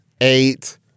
eight